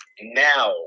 now